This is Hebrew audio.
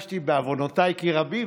בעוונותיי כי רבים,